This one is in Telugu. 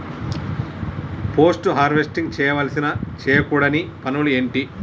పోస్ట్ హార్వెస్టింగ్ చేయవలసిన చేయకూడని పనులు ఏంటి?